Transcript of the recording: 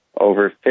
over